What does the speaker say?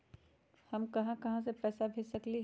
हम कहां कहां पैसा भेज सकली ह?